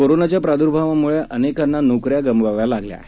कोरोनाच्या प्रादूर्भावामुळे अनेकांना नोकऱ्या गमवाव्या लागल्या आहेत